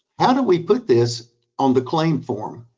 how do we put this on the claim form?